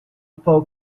پاک